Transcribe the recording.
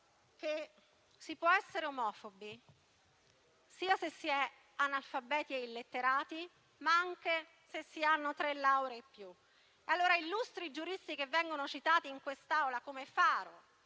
che si può essere omofobi sia se si è analfabeti e illetterati, ma anche se si hanno tre lauree in più. L'illustre giurista che viene citato in quest'Aula come faro